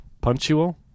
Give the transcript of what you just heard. Punctual